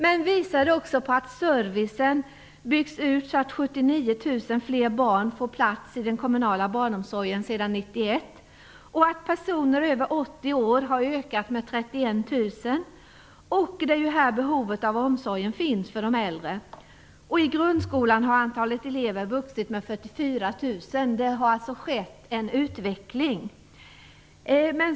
Hon visade också på att servicen har byggts ut. T.ex. har 79 000 fler barn sedan 1991 fått plats i den kommunala barnomsorgen. Antalet personer över 80 år har ökat med 31 000, och det är här behovet av omsorg för de äldre finns. I grundskolan har antalet elever vuxit med 44 000. Det har alltså skett en utveckling.